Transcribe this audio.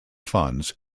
funds